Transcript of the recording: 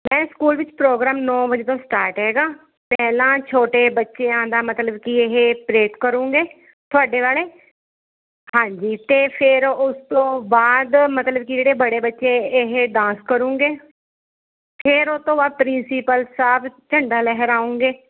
ma'am school ਵਿੱਚ programme ਨੌਂ ਵਜੇ ਤੋਂ ਸਟਾਟ ਹੈਗਾ ਪਹਿਲਾਂ ਛੋਟੇ ਬੱਚਿਆਂ ਦਾ ਮਤਲਬ ਕਿ ਇਹ ਪਰੇਡ ਕਰੂੰਗੇ ਤੁਹਾਡੇ ਵਾਲੇ ਹਾਂਜੀ ਅਤੇ ਫਿਰ ਉਸ ਤੋਂ ਬਾਅਦ ਮਤਲਬ ਕਿ ਜਿਹੜੇ ਬੜੇ ਬੱਚੇ ਇਹ ਡਾਂਸ ਕਰੂੰਗੇ ਫਿਰ ਉਸ ਤੋਂ ਬਾਅਦ ਪ੍ਰਿੰਸੀਪਲ ਸਾਹਿਬ ਝੰਡਾ ਲਹਿਰਾਊਂਗੇ